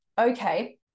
okay